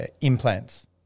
implants